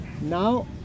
Now